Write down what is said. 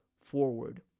forward